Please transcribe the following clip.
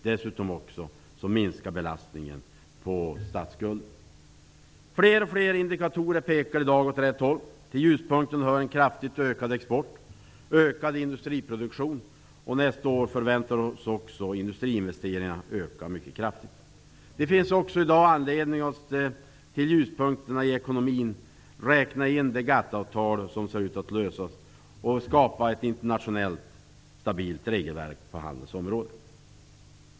Dessutom minskar belastningen på statsskulden. Fler och fler indikatorer pekar i dag åt rätt håll. Till ljuspunkterna hör en kraftigt ökad export och ökad industriproduktion. Nästa år förväntas dessutom industriinvesteringarna att öka mycket kraftigt. I dag finns det också anledning att till ljuspunkterna i ekonomin räkna in GATT-avtalet, som skapar ett internationellt stabilt regelverk på handelns område.